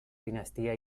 dinastia